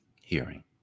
Hearing